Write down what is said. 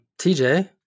TJ